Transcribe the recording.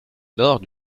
nord